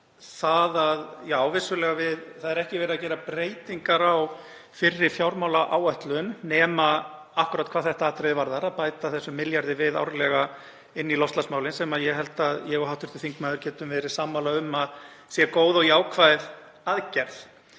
er ekki verið að gera breytingar á fyrri fjármálaáætlun nema akkúrat hvað þetta atriði varðar, að bæta milljarði við árlega inn í loftslagsmálin, sem ég held að við hv. þingmaður getum verið sammála um að sé góð og jákvæð aðgerð.